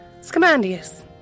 Scamandius